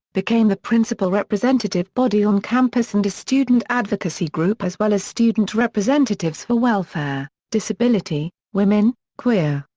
became the principal representative body on campus and a student advocacy group as well as student representatives for welfare, disability, women, queer,